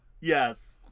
Yes